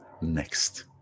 next